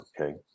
okay